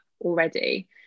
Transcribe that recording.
already